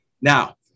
Now